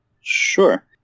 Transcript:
Sure